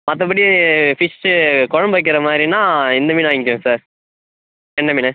மற்றபடி ஃபிஷ்ஷு குழம்பு வைக்கிற மாதிரின்னா இந்த மீன் வாய்ங்கோங்க சார் கெண்டை மீன்